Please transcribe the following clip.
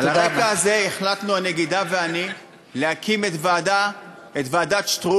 על רקע זה החלטנו הנגידה ואני להקים את ועדת שטרום,